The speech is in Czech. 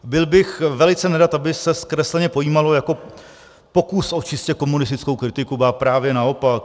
Byl bych velice nerad, aby se zkresleně pojímalo jako pokus o čistě komunistickou kritiku, ba právě naopak.